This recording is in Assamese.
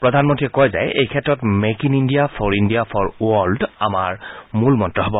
প্ৰধানমন্ত্ৰীয়ে কয় যে এই ক্ষেত্ৰত make in India for India for world আমাৰ মূল মন্ত্ৰ হ'ব